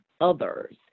others